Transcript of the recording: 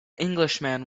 englishman